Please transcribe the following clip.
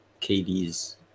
KD's